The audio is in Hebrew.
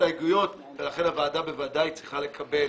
הסתייגויות - לכן הוועדה בוודאי צריכה לקבל